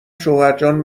شوهرجان